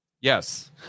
Yes